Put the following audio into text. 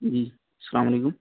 جی السلام علیکم